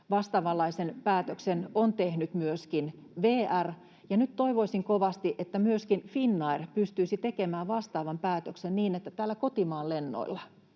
Vastaavanlaisen päätöksen on tehnyt myöskin VR, ja nyt toivoisin kovasti, että myöskin Finnair pystyisi tekemään vastaavan päätöksen niin, että täällä kotimaan lennoilla